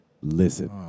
listen